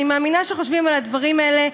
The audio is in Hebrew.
אני מאמינה שחושבים על הדברים האלה,